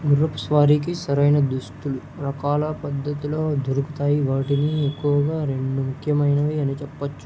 గుర్రపు స్వారీకి సరైన దుస్తులు రకాల పద్ధతిలో దొరుకుతాయి వాటిని ఎక్కువగా రెండు ముఖ్యమైనవి అని చెప్పొచ్చు